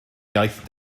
iaith